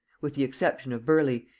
with the exception of burleigh,